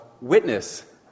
witness